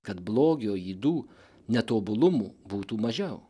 kad blogio ydų netobulumų būtų mažiau